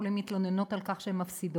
שקופות-החולים מתלוננות על כך שהן מפסידות,